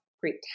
great